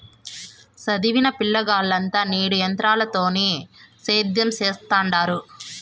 సదివిన పిలగాల్లంతా నేడు ఎంత్రాలతోనే సేద్యం సెత్తండారు